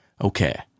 okay